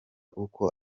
uko